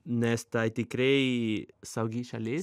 nes tai tikrai saugi šalis